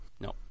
No